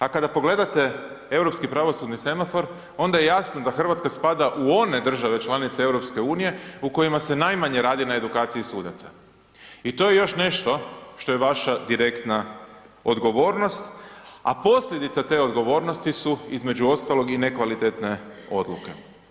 A kada pogledati europski pravosudni semafor onda je jasno da Hrvatska spada u one države članice EU u kojima se najmanje radi na edukaciji suda i to je još nešto što je vaša direktna odgovornosti, a posljedica te odgovornosti su između ostalog i nekvalitetne odluke.